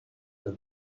will